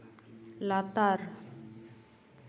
ᱞᱟᱛᱟᱨ